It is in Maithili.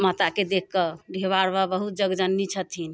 माताके देखकऽ डिहबार बाबा बहुत जगजननी छथिन